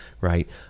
right